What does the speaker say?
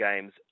games